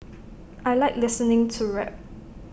I Like listening to rap